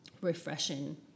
refreshing